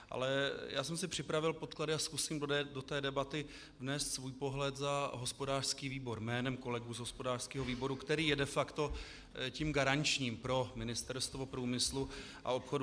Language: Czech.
Ale já jsem si připravil podklady a zkusím do té debaty vnést svůj pohled za hospodářský výbor jménem kolegů z hospodářského výboru, který je de facto tím garančním pro Ministerstvo průmyslu a obchodu.